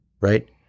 right